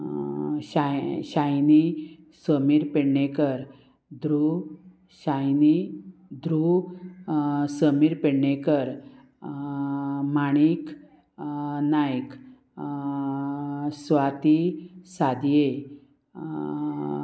शाय Shaini Sameer Pednekar Dhruv Shaini Dhruv Sameer Pednekar Manik Naik Swati Sadye